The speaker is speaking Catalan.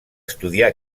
estudiar